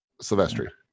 Sylvester